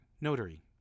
notary